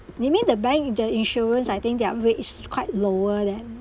you mean the bank the insurance I think their rates quite lower than